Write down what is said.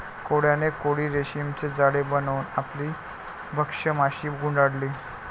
कोळ्याने कोळी रेशीमचे जाळे बनवून आपली भक्ष्य माशी गुंडाळली